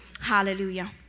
Hallelujah